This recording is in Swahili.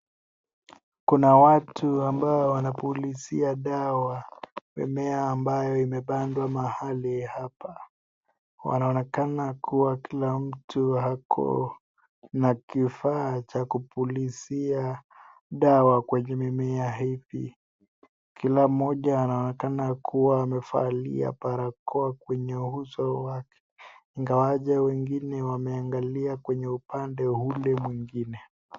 Kuna watu ambao wanapulizia dawa mimea ambayo imepandwa mahali hapa wanaonekana kuwa kila mtu ako na kifaa cha kupulizia dawa kwenye mimea hizi kila mmoja anaonekana kuwa amevalia barakoa kwenye uso wake ingawaje wengine wameangalia kwenye upande ule mwingine.